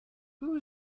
who